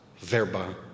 Verba